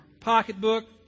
pocketbook